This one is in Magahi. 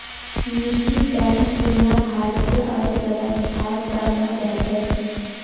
निजी बैंक खुलना भारतीय अर्थव्यवस्थार त न बेहतर छेक